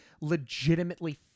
legitimately